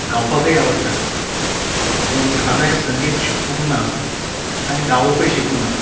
गावपाकूय आवडटा पूण हांवें संगीत शिकूंक ना आनी गावपूय शिकूं ना